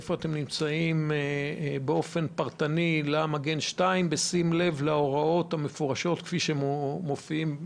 איפה אתם נמצאים עם המגן 2 בשים לב להוראות המפורשות שמופיעות